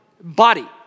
body